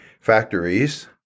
factories